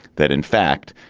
that, in fact,